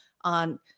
on